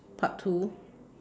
part two